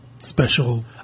Special